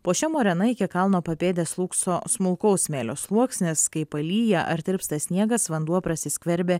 po šia morena iki kalno papėdės slūgso smulkaus smėlio sluoksnis kai palyja ar tirpsta sniegas vanduo prasiskverbia